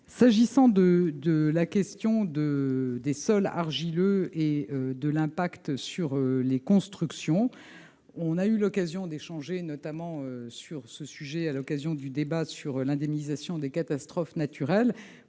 S'agissant de la question des sols argileux et de l'impact sur les constructions, nous avons eu l'occasion d'échanger sur ce sujet lors du débat sur l'indemnisation des catastrophes naturelles.